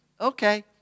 Okay